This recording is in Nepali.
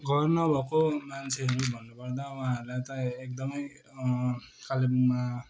घर नभएको मान्छेहरू भन्नुपर्दा उहाँहरूलाई त एकदमै कालेबुङमा